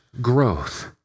growth